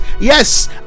yes